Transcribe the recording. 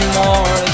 more